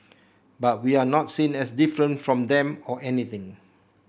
but we're not seen as different from them or anything